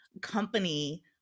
company